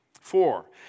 Four